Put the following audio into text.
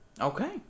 Okay